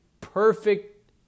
perfect